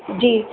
जी